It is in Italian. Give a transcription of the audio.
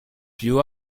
più